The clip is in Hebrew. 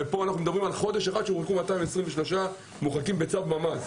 ופה אנחנו מדברים על חודש אחד בו הורחקו 223 אנשים בצו ממ"ס.